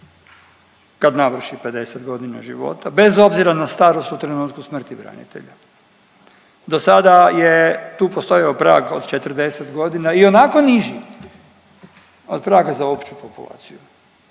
kad navrši 50 godina života bez obzira na starost u trenutku smrti branitelja. Do sada je tu postojao prag od 40 godina i onako niži od praga za opću populaciju